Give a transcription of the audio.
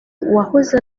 wahoze